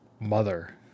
Mother